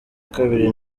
kabiri